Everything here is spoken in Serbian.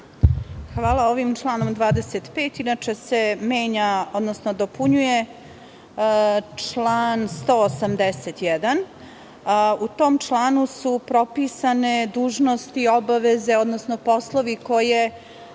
Hvala. Ovim članom 25. inače se menja, odnosno dopunjuje član 181. U tom članu su propisane dužnosti, obaveze, odnosno poslovi koje